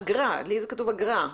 אגרה, לי זה כתוב אגרה.